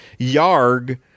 Yarg